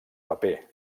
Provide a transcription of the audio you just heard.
paper